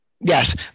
Yes